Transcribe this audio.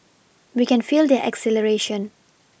we can feel their exhilaration